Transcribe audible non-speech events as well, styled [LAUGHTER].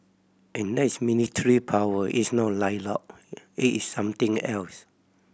and that's military power it's not [UNINTELLIGIBLE] it is something else